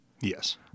Yes